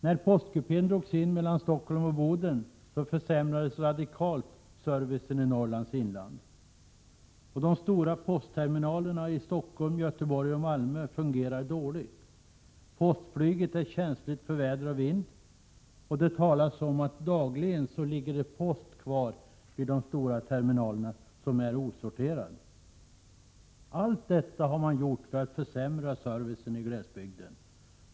När postkupén på sträckan Stockholm-Boden drogs in, försämrades servicen i Norrlands inland radikalt. De stora postterminalerna i Stockholm, Göteborg och Malmö fungerar dåligt. Postflyget är känsligt för väder och vind. Det talas om att osorterad post dagligen ligger kvar på de stora terminalerna. Allt detta har man gjort för att försämra servicen i glesbygden.